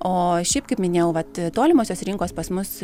o šiaip kaip minėjau vat tolimosios rinkos pas mus